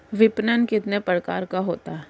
विपणन कितने प्रकार का होता है?